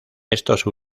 estos